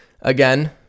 again